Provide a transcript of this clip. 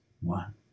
one